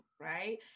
right